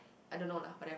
I don't know lah whatever